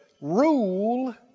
Rule